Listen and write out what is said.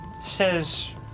says